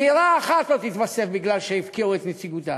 דירה אחת לא תתווסף בגלל העובדה שהפקיעו את נציגותם.